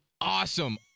awesome